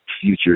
future